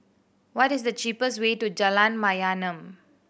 what is the cheapest way to Jalan Mayaanam